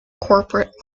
corporate